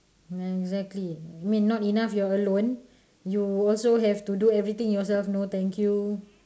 exactly I mean not enough you're alone you also have to do everything yourself no thank you